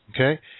Okay